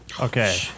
Okay